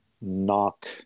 knock